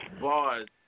bars